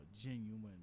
genuine